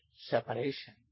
separation